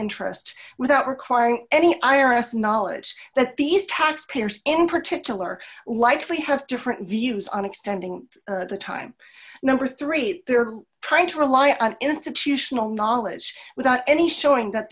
interests without requiring any iris knowledge that these tax payers in particular likely have different views on extending the time number three that they're trying to rely on institutional knowledge without any showing that